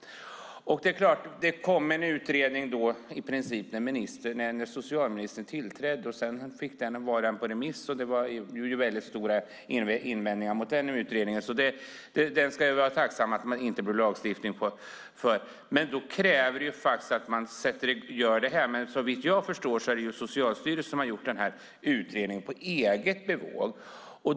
Det kom en utredning i princip samtidigt som socialministern tillträdde, och sedan gick den ut på remiss. Det var väldigt stora invändningar mot den utredningen, så vi ska vara tacksamma för att man inte gjorde lagstiftning av den. Men såvitt jag förstår är det Socialstyrelsen som nu har gjort den här utredningen på eget bevåg.